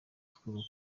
twubaka